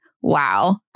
wow